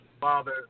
Father